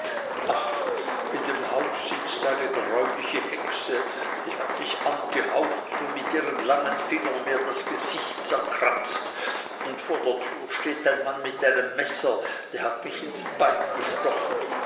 ach in dem haus sitzt eine greuliche hexe die hat mich angehaucht und mit ihren langen fingern mir das gesicht zerkratzt und vor der türe steht ein mann mit einem messer der hat mich ins bein gestochen